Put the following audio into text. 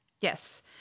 Yes